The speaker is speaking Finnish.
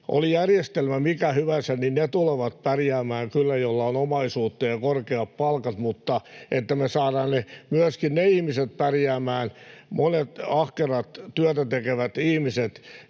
Oli järjestelmä mikä hyvänsä, niin ne tulevat pärjäämään kyllä, joilla on omaisuutta ja korkeat palkat, mutta jotta me saadaan myöskin pärjäämään ne monet ahkerat, työtä tekevät ihmiset,